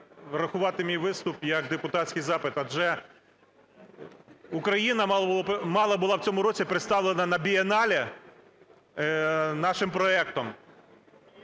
врахувати мій виступ як депутатський запит. Адже Україна мала була б в цьому році представлена на бієнале нашим проектом,